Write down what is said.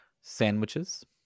Sandwiches